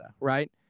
Right